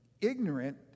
ignorant